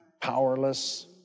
powerless